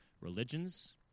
Religions